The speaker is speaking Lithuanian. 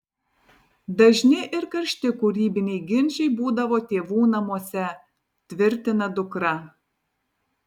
dažni ir karšti kūrybiniai ginčai būdavo tėvų namuose tvirtina dukra